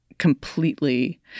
Completely